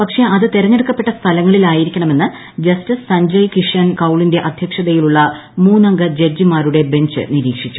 പക്ഷേ അത് തെരഞ്ഞെടുക്കപ്പെട്ട സ്ഥലങ്ങളിലായിരിക്കണമെന്ന് ജസ്റ്റിസ് സജ്ഞയ് കിഷൻ കൌളിന്റെ അധ്യക്ഷതയിലുള്ള മൂന്നംഗ ജഡ്ജിമാരുടെ ബഞ്ച് നിരീക്ഷിച്ചു